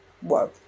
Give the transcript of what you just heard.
whoa